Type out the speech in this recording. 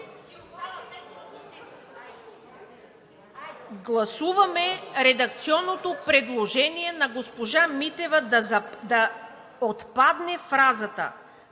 Гласуваме редакционното предложение на госпожа Митева да отпадне фразата